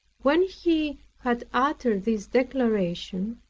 when he had uttered this declaration,